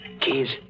Keys